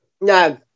No